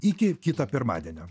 iki kito pirmadienio